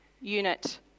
unit